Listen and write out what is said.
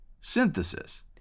synthesis